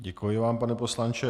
Děkuji vám, pane poslanče.